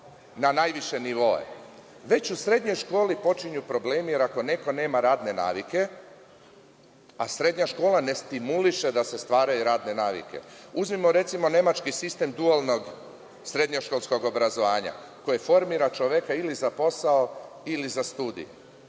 na najviše nivoe. Već u srednjoj školi počinju problemi, jer ako neko nema radne navike, a srednja škola ne stimuliše da se stvaraju radne navike, uzmimo recimo, nemački sistem dualnog srednjoškolskog obrazovanja, koje formira čoveka ili za posao ili za studije.